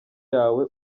yawe